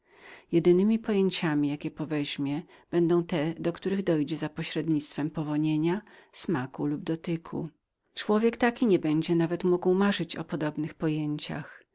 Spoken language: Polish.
pojęcia mipojęciami jakie poweźmie będą te do których przyjdzie za pośrednictwem powonienia smaku lub dotykania człowiek taki będzie nawet mógł marzyć o podobnych pojęciach